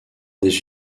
des